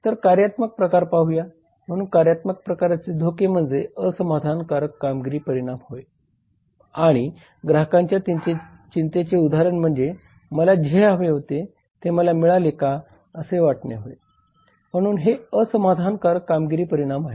तर कार्यात्मक प्रकार पाहूया म्हणून कार्यात्मक प्रकारचे धोके म्हणजे असमाधानकारक कामगिरी परिणाम होय आणि ग्राहकांच्या चिंतेचे उदाहरण म्हणजे मला जे हवे होते ते मला मिळेल का असे वाटणे होय म्हणून हे असमाधानकारक कामगिरी परिणाम आहेत